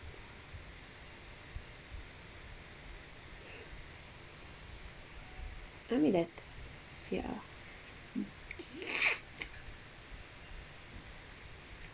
I mean there's ya